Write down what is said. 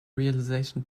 realization